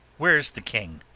where's the king?